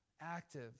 active